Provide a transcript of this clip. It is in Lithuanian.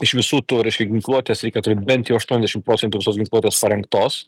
iš visų tų reiškia ginkluotės reikia turėt bent jau aštuondešim procentų visos ginkluotos parengtos